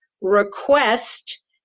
request